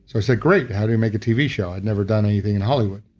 so i said, great, how do we make a tv show? i've never done anything in hollywood.